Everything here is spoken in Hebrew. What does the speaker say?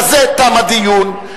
בזה תם הדיון.